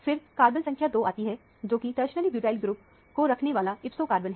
फिर कार्बन संख्या 2 आती है जोकि टरसरी ब्यूटाइल ग्रुप को रखने वाला ipso कार्बन है